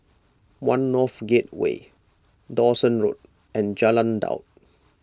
one North Gateway Dawson Road and Jalan Daud